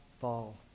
fall